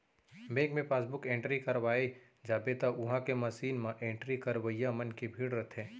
bank मे passbook entry करवाए जाबे त उहॉं के मसीन म एंट्री करवइया मन के भीड़ रथे